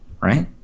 right